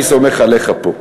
אני סומך עליך פה.